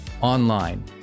online